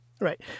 Right